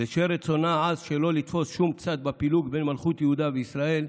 בשל רצונה העז שלא לתפוס שום צד בפילוג בין מלכות יהודה וישראל.